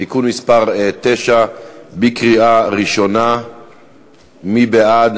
(תיקון מס' 9). מי בעד?